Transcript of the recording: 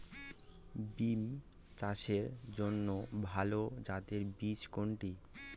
বিম চাষের জন্য ভালো জাতের বীজ কোনটি?